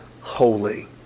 holy